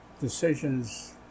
decisions